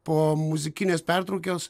po muzikinės pertraukios